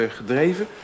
gedreven